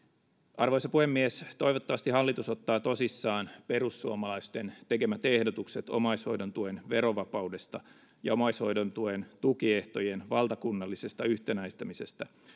arvoisa puhemies toivottavasti hallitus ottaa tosissaan perussuomalaisten tekemät ehdotukset omaishoidon tuen verovapaudesta ja omaishoidon tuen tukiehtojen valtakunnallisesta yhtenäistämisestä